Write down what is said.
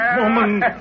woman